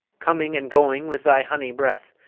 coming and going with thy honey breath.